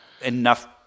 enough